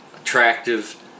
attractive